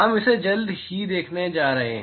हम इसे जल्द ही देखने जा रहे हैं